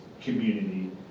community